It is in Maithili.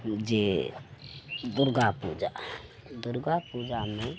जे दुर्गा पूजा दुर्गा पूजामे